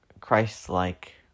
Christ-like